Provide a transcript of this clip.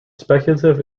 speculative